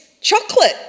chocolate